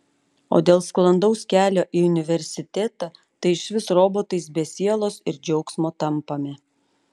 o dėl sklandaus kelio į universitetą tai išvis robotais be sielos ir džiaugsmo tampame